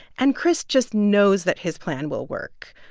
and chris just knows that his plan will work.